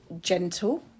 gentle